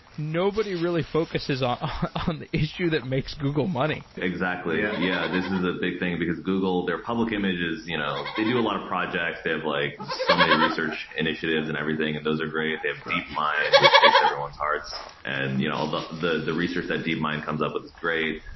nobody really focuses on ah and the issue that makes google money exactly. yeah, yeah this is a big thing because google, their public image is you know they do a lot of projects. they have like so many research initiatives and everything and those are great. they have deepmind which takes everyone's hearts and you know the the research that deepmind comes up with is great.